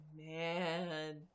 man